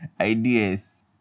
ideas